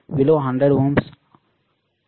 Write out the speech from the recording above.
విలువ 100 ఓం